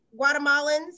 Guatemalans